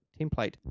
template